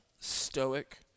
stoic